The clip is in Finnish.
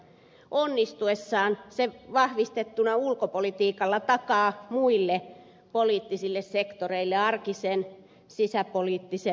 onnistuessaan se vahvistettuna ulkopolitiikalla takaa muille poliittisille sektoreille arkisen sisäpoliittisen työrauhan